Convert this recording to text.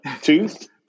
Tooth